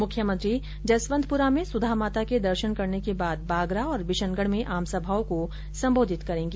मुख्यमंत्री जसवंतप्रा में सुधा माता के दर्शन करने के बाद बागरा और बिशनगढ में आमसभाओं को संबोधित करेंगी